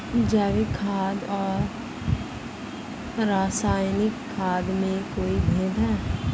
जैविक खाद और रासायनिक खाद में कोई भेद है?